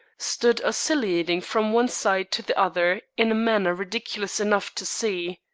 stood oscillating from one side to the other in a manner ridiculous enough to see,